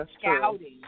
scouting